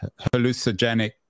hallucinogenic